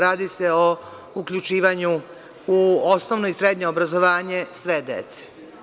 Radi se o uključivanju u osnovno i srednje obrazovanje sve dece.